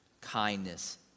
kindness